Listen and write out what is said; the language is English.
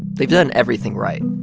they've done everything right